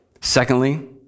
Secondly